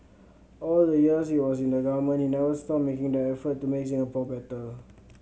all the years he was in the government he never stopped making the effort to make Singapore better